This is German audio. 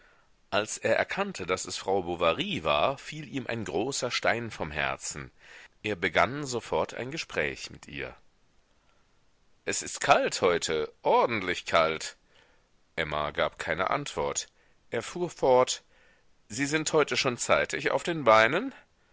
als er erkannte daß es frau bovary war fiel ihm ein großer stein vom herzen er begann sofort ein gespräch mit ihr es ist kalt heute ordentlich kalt emma gab keine antwort er fuhr fort sie sind heute schon zeitig auf den beinen